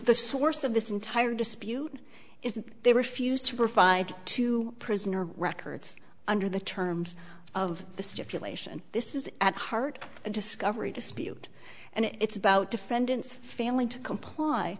the source of this entire dispute is that they refused to provide to prisoner records under the terms of the stipulation this is at heart a discovery dispute and it's about defendants failing to comply